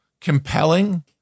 compelling